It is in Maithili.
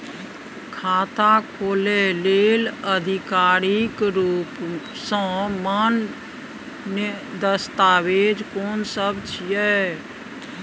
खाता खोले लेल आधिकारिक रूप स मान्य दस्तावेज कोन सब छिए?